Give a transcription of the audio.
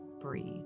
breathe